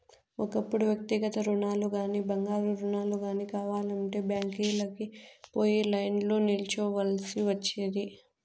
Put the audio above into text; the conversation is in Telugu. ఒకప్పుడు వ్యక్తిగత రుణాలుగానీ, బంగారు రుణాలు గానీ కావాలంటే బ్యాంకీలకి పోయి లైన్లో నిల్చోవల్సి ఒచ్చేది